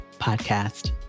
podcast